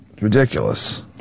Ridiculous